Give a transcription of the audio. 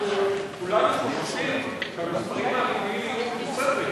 אנחנו כולנו חוששים, הנמל עצמו,